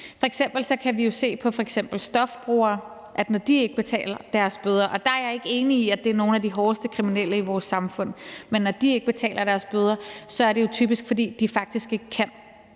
inden for f.eks. stofbrugere, at når de ikke betaler deres bøder – og der er jeg ikke enig i, at det er nogle af de hårdeste kriminelle i vores samfund – så er det jo typisk, fordi de faktisk ikke kan.